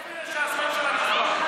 מעולם זה לא נאמר.